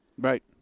Right